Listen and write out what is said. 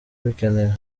bikenewe